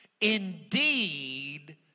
indeed